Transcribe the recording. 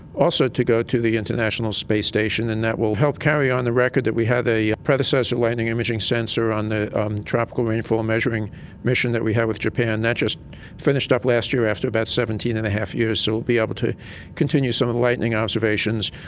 also to go to the international space station, and that will help carry on the record that we have a predecessor lightning imaging sensor on tropical rainfall measuring mission that we have with japan. that just finished up last year after about seventeen and a half years, so we will be able to continue some and lightning observations.